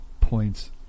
points